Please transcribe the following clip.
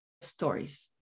stories